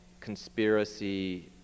conspiracy